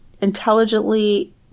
intelligently